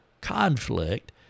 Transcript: Conflict